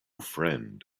friend